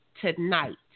tonight